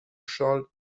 charles